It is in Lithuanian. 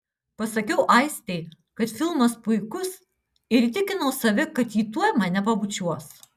pasakiau aistei kad filmas puikus ir įtikinau save kad ji tuoj mane pabučiuos